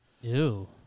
Ew